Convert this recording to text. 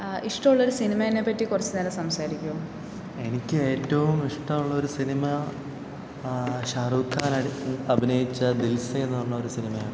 ഇഷ്ടമുള്ളൊരു സിനിമേനെപ്പറ്റി കുറച്ചു നേരം സംസാരിക്കുമോ എനിക്കേറ്റവും ഇഷ്ടമുള്ളൊരു സിനിമ ഷാരൂഖാൻ അഭിനയിച്ച ദിൽ സേഎന്നു പറയണ ഒരു സിനിമയാണ്